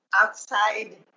outside